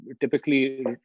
typically